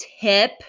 tip